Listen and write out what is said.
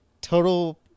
Total